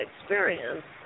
experience